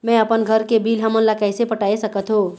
मैं अपन घर के बिल हमन ला कैसे पटाए सकत हो?